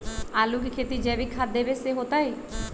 आलु के खेती जैविक खाध देवे से होतई?